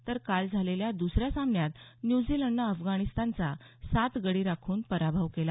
तर काल झालेल्या दुसऱ्या सामन्यात न्यूझीलंडनं अफगाणिस्तानचा सात गडी राखून पराभव केला